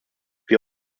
wir